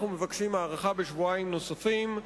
אנחנו מבקשים הארכה בשבועיים נוספים.